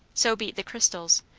so beat the crystals,